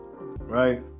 right